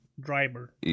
Driver